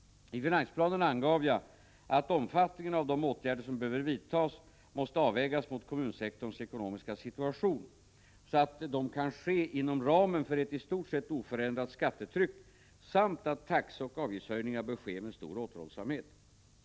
I finansplanen angav jag att omfattningen av de åtgärder som behöver vidtas måste avvägas mot kommunsektorns ekonomiskå situation, så att de kan ske inom ramen för ett i stort sett oförändrat skattetryck, samt att taxeoch avgiftshöjningar bör ske med stor återhållsamhet.